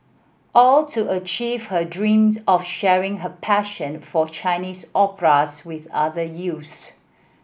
all to achieve her dreams of sharing her passion for Chinese operas with other youths